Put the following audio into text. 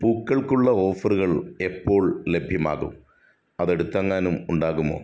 പൂക്കൾക്കുള്ള ഓഫറുകൾ എപ്പോൾ ലഭ്യമാകും അത് അടുത്തെങ്ങാനും ഉണ്ടാകുമോ